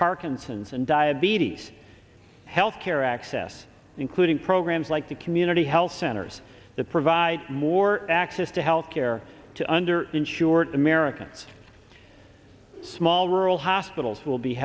parkinson's and diabetes health care access including programs like the community health centers that provide more access to health care to under insured americans small rural hospitals will be